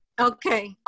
Okay